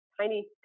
tiny